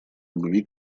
любви